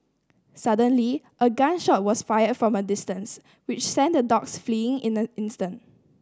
suddenly a gun shot was fired from a distance which sent the dogs fleeing in an instant